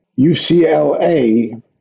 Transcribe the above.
UCLA